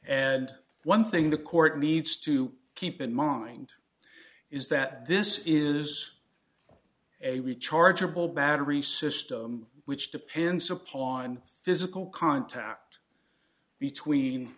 and one thing the court needs to keep in mind is that this is a rechargeable battery system which depends upon physical contact between